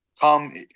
come